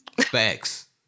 Facts